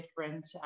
different